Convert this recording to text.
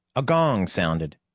a gong sounded,